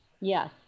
Yes